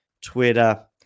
Twitter